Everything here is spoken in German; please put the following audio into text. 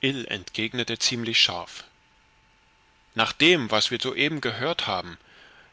entgegnete ziemlich scharf nach dem was wir soeben gehört haben